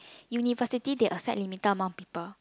university they accept limited amount of people